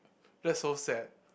that's so sad